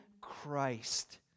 Christ